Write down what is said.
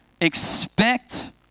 expect